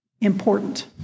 important